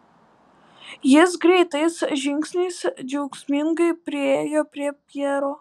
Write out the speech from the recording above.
jis greitais žingsniais džiaugsmingai priėjo prie pjero